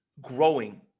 growing